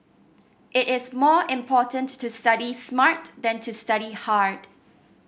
it is more important to study smart than to study hard